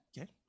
Okay